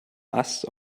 ast